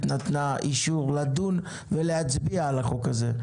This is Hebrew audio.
נתנה אישור לדון ולהצביע על החוק הזה.